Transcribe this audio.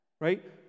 Right